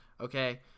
Okay